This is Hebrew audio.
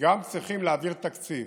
גם צריכים להעביר תקציב,